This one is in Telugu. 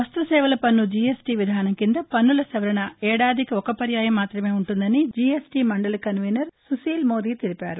వస్తుసేవల పన్ను జీఎస్టీ విధానం కింద పన్నుల సవరణ ఏడాదికి ఒక పర్యాయం మాత్రమే వుంటుందని జీఎస్టీ మండలి కన్వినర్ సుశీల్మోదీ తెలిపారు